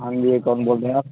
ہاں جی کون بول رہے ہیںپ